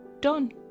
done